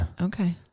Okay